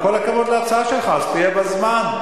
עם כל הכבוד להצעה שלך, אז תהיה בזמן.